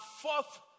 fourth